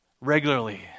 regularly